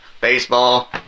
baseball